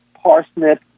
parsnip